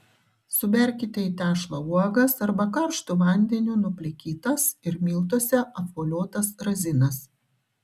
suberkite į tešlą uogas arba karštu vandeniu nuplikytas ir miltuose apvoliotas razinas